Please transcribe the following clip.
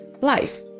life